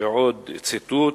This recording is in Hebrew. בעוד ציטוט: